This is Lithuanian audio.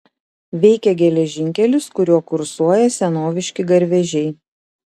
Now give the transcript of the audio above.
veikia geležinkelis kuriuo kursuoja senoviški garvežiai